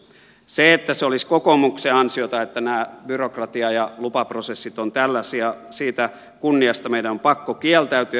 se että se olisi kokoomuksen ansiota että nämä byrokratia ja lupaprosessit ovat tällaisia siitä kunniasta meidän on pakko kieltäytyä